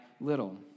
little